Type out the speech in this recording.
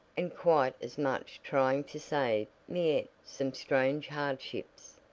and quite as much trying to save miette some strange hardships.